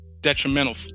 Detrimental